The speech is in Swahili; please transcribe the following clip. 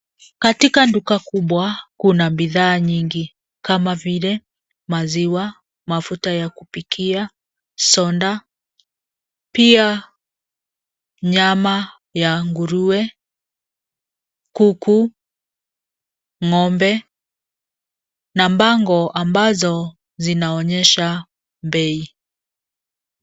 Katika duka kubwa kuna bidhaa nyingi kama vile maziwa mafuta ya kupikia, soda, pia nyama ya nguruwe, kuku, ngombe na bango ambazo zinaonyesha bei.